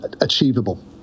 achievable